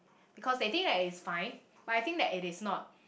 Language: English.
because they think that it's fine but I think that it is not